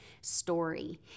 story